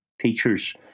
teachers